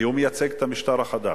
כי הוא מייצג את המשטר החדש.